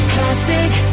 Classic